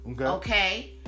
okay